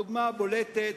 דוגמה בולטת